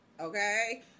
okay